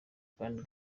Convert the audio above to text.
kandi